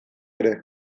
ere